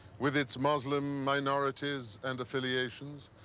with its muslim minorities and affiliations,